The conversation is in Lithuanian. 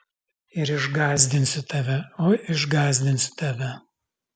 ir išgąsdinsiu tave oi išgąsdinsiu tave